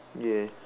ya